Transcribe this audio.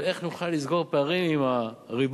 אבל איך נוכל לסגור פערים אם הריבון